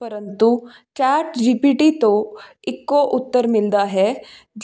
ਪ੍ਰੰਤੂ chat G P T ਤੋਂ ਇੱਕੋਂ ਉੱਤਰ ਮਿਲਦਾ ਹੈ